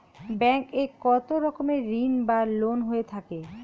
Bank এ কত রকমের ঋণ বা লোন হয়ে থাকে?